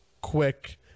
quick